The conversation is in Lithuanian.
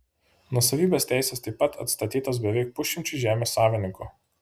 nuosavybės teisės taip pat atstatytos beveik pusšimčiui žemės savininkų